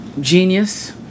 genius